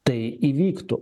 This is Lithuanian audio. tai įvyktų